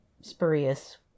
spurious